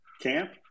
camp